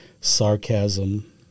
sarcasm